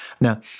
Now